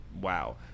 wow